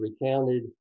recounted